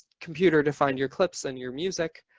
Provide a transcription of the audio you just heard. computer to find your clips and your music.